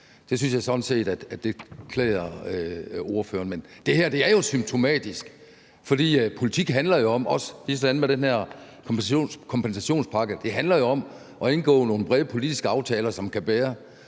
Det synes jeg sådan set klæder ordføreren. Men det her er symptomatisk, for politik handler jo om, ligesom det er med den her kompensationspakke, at indgå nogle brede politiske aftaler, som kan bære.